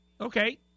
Okay